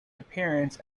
appearance